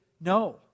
No